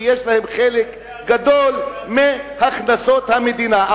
ויש להם חלק גדול בהכנסות המדינה,